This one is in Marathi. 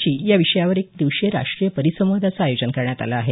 ची या विषयावर एक दिवसीय राष्ट्रीय परिसंवादाचं आयोजन करण्यात आलं आहे